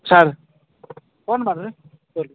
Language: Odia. sir phone ମାର୍ରେ